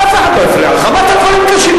אף אחד לא מפריע לך, אמרת דברים קשים.